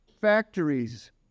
factories